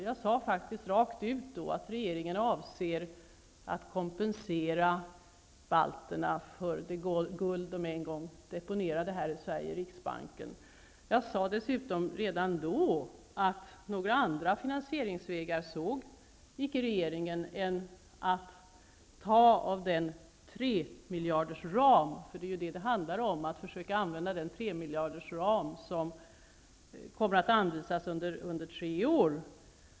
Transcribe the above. Jag sade då faktiskt rent ut att regeringen avser att kompensera balterna för det guld de en gång deponerade här i Sverige i Riksbanken. Dessutom sade jag redan då att regeringen icke såg några andra finansieringsvägar än att ta av den tremiljardersram som kommer att anvisas under tre år -- för det handlar ju om att försöka använda den.